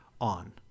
on